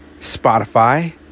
Spotify